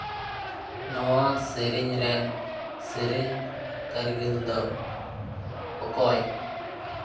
ᱱᱚᱣᱟ ᱥᱮᱨᱮᱧ ᱨᱮᱱ ᱥᱮᱨᱮᱧ ᱠᱟᱹᱨᱤᱜᱟᱹᱞ ᱫᱚ ᱚᱠᱚᱭ